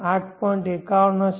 51 હશે